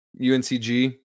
UNCG